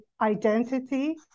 identity